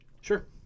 Sure